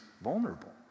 vulnerable